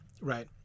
right